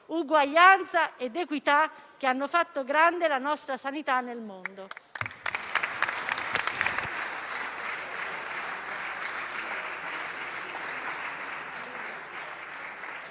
uguaglianza ed equità che hanno fatto grande la nostra sanità nel mondo.